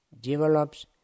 develops